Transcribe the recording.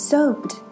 Soaped